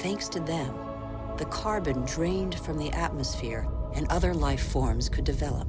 thanks to them the carbon trained from the atmosphere and other life forms could develop